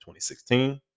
2016